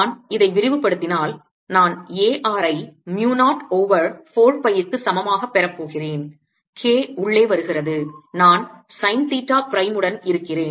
நான் இதை விரிவுபடுத்தினால் நான் A r I mu 0 over 4 pi க்கு சமமாகப் பெறப் போகிறேன் K உள்ளே வருகிறது நான் sine தீட்டா பிரைம் உடன் இருக்கிறேன்